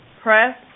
press